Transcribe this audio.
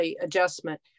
adjustment